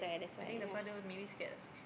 I think the father maybe scared ah